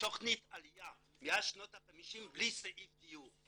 תכנית עליה מאז שנות החמישים בלי סעיף דיור,